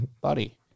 Buddy